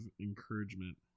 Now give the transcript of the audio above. encouragement